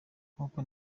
nkuko